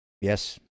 Yes